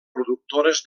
productores